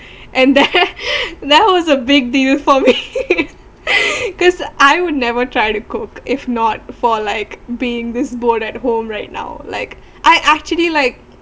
and then there was a big deal for me cause I would never try to cook if not for like being this bored at home right now like I actually like